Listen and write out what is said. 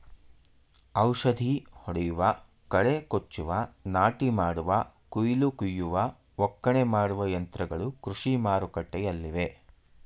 ಔಷಧಿ ಹೊಡೆಯುವ, ಕಳೆ ಕೊಚ್ಚುವ, ನಾಟಿ ಮಾಡುವ, ಕುಯಿಲು ಕುಯ್ಯುವ, ಒಕ್ಕಣೆ ಮಾಡುವ ಯಂತ್ರಗಳು ಕೃಷಿ ಮಾರುಕಟ್ಟೆಲ್ಲಿವೆ